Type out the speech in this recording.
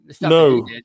No